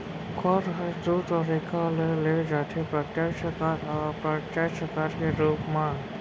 कर ह दू तरीका ले लेय जाथे प्रत्यक्छ कर अउ अप्रत्यक्छ कर के रूप म